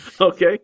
Okay